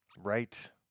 right